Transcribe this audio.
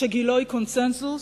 שגילה היא קונסנזוס,